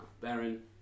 Baron